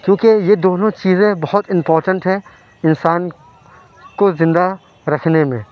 کیوں کہ یہ دونوں چیزیں بہت امپورٹنٹ ہیں انسان کو زندہ رکھنے میں